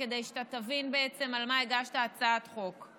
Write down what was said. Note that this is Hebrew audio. כדי שאתה תבין בעצם על מה הגשת הצעת חוק.